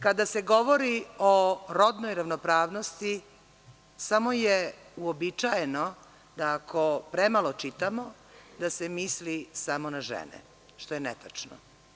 Kada se govori o rodnoj ravnopravnosti samo je uobičajeno da ako premalo čitamo da se misli samo na žene, što je netačno.